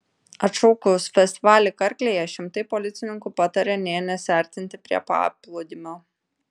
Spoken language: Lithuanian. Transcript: atšaukus festivalį karklėje šimtai policininkų pataria nė nesiartinti prie paplūdimio